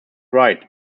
right